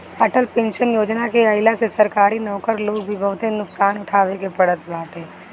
Atal pension योजना के आईला से सरकारी नौकर लोग के बहुते नुकसान उठावे के पड़ल बाटे